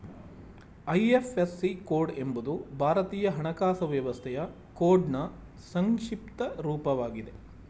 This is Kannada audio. ಐ.ಎಫ್.ಎಸ್.ಸಿ ಕೋಡ್ ಎಂಬುದು ಭಾರತೀಯ ಹಣಕಾಸು ವ್ಯವಸ್ಥೆಯ ಕೋಡ್ನ್ ಸಂಕ್ಷಿಪ್ತ ರೂಪವಾಗಿದೆ